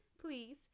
please